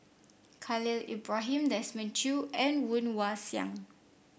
Khalil Ibrahim Desmond Choo and Woon Wah Siang